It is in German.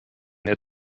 der